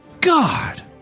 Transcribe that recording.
God